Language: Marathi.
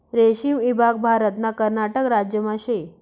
रेशीम ईभाग भारतना कर्नाटक राज्यमा शे